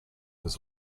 was